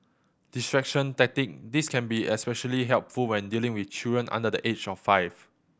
distraction tactic this can be especially helpful when dealing with children under the age of five